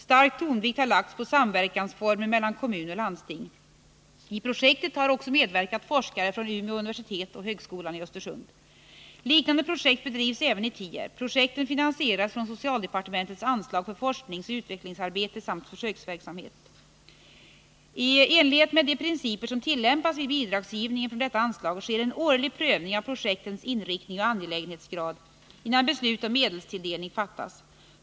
Stark tonvikt har lagts på former för samverkan mellan kommun och landsting. I projektet har också medverkat forskare från Umeå universitet och högskolan i Östersund. Liknande projekt bedrivs även i Tierp. Projekten finansieras från socialdepartementets anslag för forskningsoch utvecklingsarbete samt försöksverksamhet. I enlighet med de principer som tillämpas vid bidragsgivningen från detta anslag sker en årlig prövning av projektens inriktning och angelägenhetsgrad innan beslut om medelstilldelning fattas.